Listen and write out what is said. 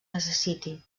necessiti